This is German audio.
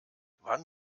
wann